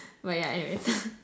but yeah anyway